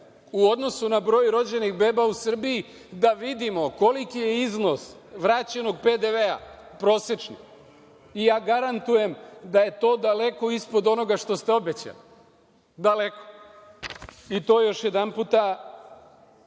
u odnosu na broj rođenih bebe u Srbiji da vidimo koliki je iznos vraćenog PDV-a prosečno. Garantujem da je to daleko ispod onoga što ste obećali. I to još jedanputa